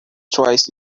twice